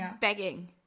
begging